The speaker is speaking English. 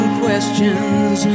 questions